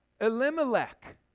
Elimelech